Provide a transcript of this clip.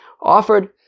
offered